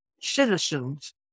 citizens